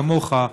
כמוך,